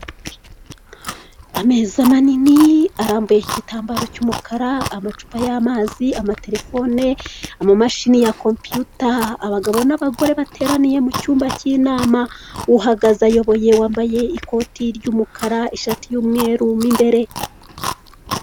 Amezi manini arambuye iki igitambaro cy'umukara, amacupa y'amazi, amaterefone, amamashini ya kompiyuta, abagabo n'abagore bateraniye mu cyumba cy'inama, uhagaze ayoboye wambaye ikoti ry'umukara ishati y'umweru mu imbere.